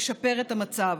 נשפר את המצב,